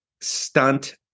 stunt